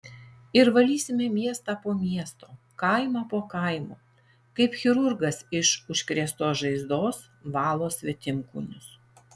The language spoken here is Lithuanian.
ir valysime miestą po miesto kaimą po kaimo kaip chirurgas iš užkrėstos žaizdos valo svetimkūnius